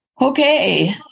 Okay